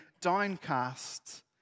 downcast